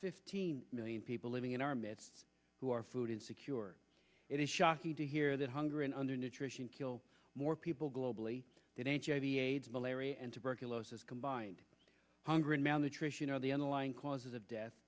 fifteen million people living in our midst who are food insecure it is shocking to hear that hunger and under nutrition kill more people globally than an hiv aids malaria and tuberculosis combined hunger and malnutrition are the underlying causes of death